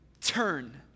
Turn